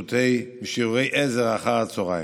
משיעורי עזר אחר הצוהריים.